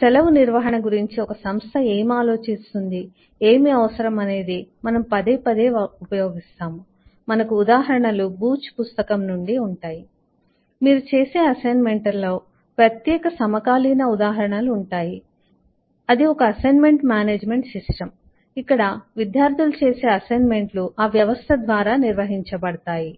సెలవు నిర్వహణ గురించి ఒక సంస్థ ఏమి ఆలోచిస్తుంది ఏమి అవసరం అనేది మనము పదేపదే ఉపయోగిస్తాము మనకు ఉదాహరణలు బూచ్ పుస్తకం నుండి ఉంటాయి మీరు చేసే అసైన్మెంట్లలో ప్రత్యేక సమకాలీన ఉదాహరణలు ఉంటాయి అది ఒక అసైన్మెంట్ మేనేజ్మెంట్ సిస్టమ్ ఇక్కడ విద్యార్థులు చేసే అసైన్మెంట్లు ఆ వ్యవస్థ ద్వారా నిర్వహించబడతాయి